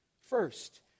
First